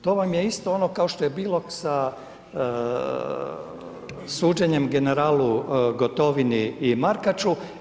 To vam je isto ono kao što je bilo sa suđenjem generalu Gotovini i Markaču.